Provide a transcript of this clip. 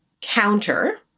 counter